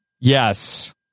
Yes